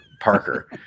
Parker